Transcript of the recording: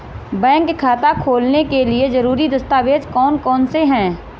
Bank खाता खोलने के लिए ज़रूरी दस्तावेज़ कौन कौनसे हैं?